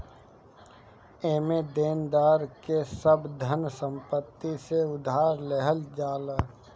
एमे देनदार के सब धन संपत्ति से उधार लेहल जाला